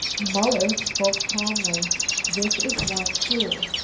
muller spoke calmly this is one clue.